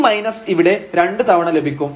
ഈ മൈനസ് ഇവിടെ 2 തവണ ലഭിക്കും